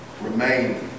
Remain